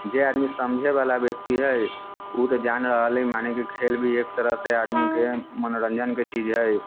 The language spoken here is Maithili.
जे आदमी समझैवला व्यक्ति है उ तऽ जान रहल है मने कि खेल भी एक तरहसँ आदमीके मनोरञ्जनके चीज है